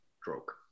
stroke